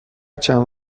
چند